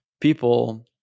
people